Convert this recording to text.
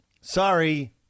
sorry